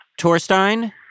Torstein